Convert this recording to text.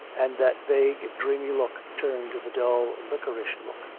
and that vague, dreamy look turn to the dull, liquorish look,